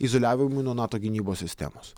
izoliavimui nuo nato gynybos sistemos